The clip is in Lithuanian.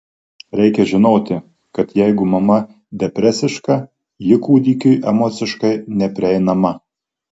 reikia žinoti kad jeigu mama depresiška ji kūdikiui emociškai neprieinama